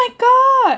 oh my god